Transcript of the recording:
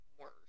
worse